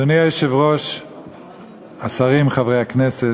אדוני היושב-ראש, השרים, חברי הכנסת,